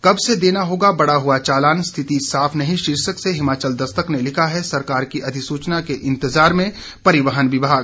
कब से देना होगा बढ़ा हुआ चालान स्थिति साफ नहीं शीर्षक से हिमाचल दस्तक ने लिखा है सरकार की अधिसूचना के इंतजार में परिवहन विभाग